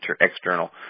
external